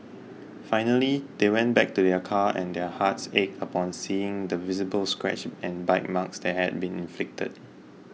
finally they went back to their car and their hearts ached upon seeing the visible scratches and bite marks that had been inflicted